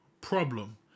problem